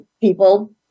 people